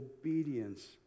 obedience